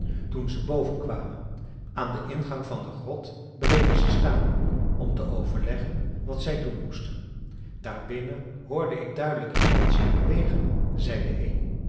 toen ze boven kwamen aan den ingang van de grot bleven ze staan om te overleggen wat zij doen moesten daar binnen hoorde ik duidelijk iemand zich bewegen zei de een